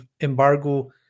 embargo